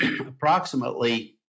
approximately